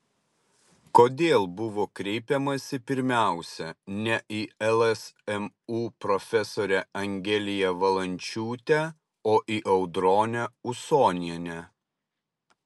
kodėl buvo kreipiamasi pirmiausia ne į lsmu profesorę angeliją valančiūtę o į audronę usonienę